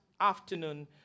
afternoon